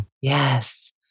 Yes